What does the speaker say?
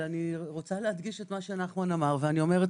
אני רוצה להדגיש את מה שנאמר על ידי